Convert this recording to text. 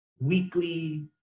weekly